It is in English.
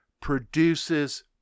produces